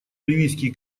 ливийский